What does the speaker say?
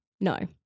No